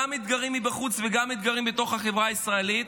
גם אתגרים מבחוץ וגם אתגרים בתוך החברה הישראלית,